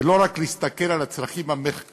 ולא רק להסתכל על הצרכים המחקריים,